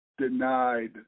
denied